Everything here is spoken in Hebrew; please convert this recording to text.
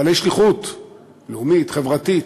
בעלי שליחות לאומית, חברתית,